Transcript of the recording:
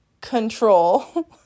control